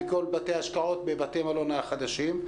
וכל בתי ההשקעות בבתי המלון החדשים,